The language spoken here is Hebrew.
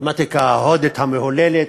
המתמטיקה ההודית המהוללת,